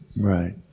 Right